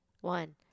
one